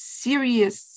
serious